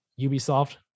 Ubisoft